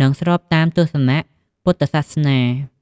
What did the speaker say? និងស្របតាមទស្សនៈពុទ្ធសាសនា។